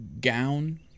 gown